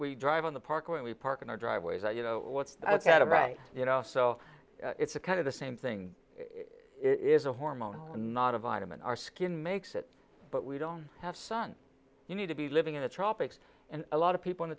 drive in the park when we park in our driveways and you know what's right you know so it's a kind of the same thing is a hormone not a vitamin our skin makes it but we don't have sun you need to be living in the tropics and a lot of people in the